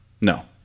No